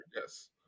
yes